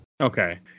Okay